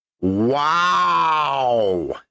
Wow